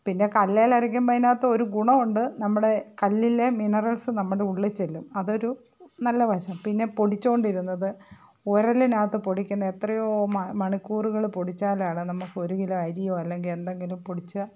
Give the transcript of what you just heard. പിന്നെ കല്ലിൽ അരയ്ക്കുമ്പോൾ അതിനകത്തൊരു ഗുണമുണ്ട് നമ്മുടെ കല്ലിലെ മിനറൽസ് നമ്മുടെ ഉള്ളിൽ ചെല്ലും അതൊരു നല്ല വശം പിന്നെ പൊടിച്ചുകൊണ്ടിരുന്നത് ഉരലിനകത്ത് പൊടിക്കുന്ന എത്രയോ മ മണിക്കൂറുകൾ പൊടിച്ചാലാണ് നമുക്ക് ഒരു കിലോ അരിയോ അല്ലെങ്കിൽ എന്തെങ്കിലും പൊടിച്ചാൽ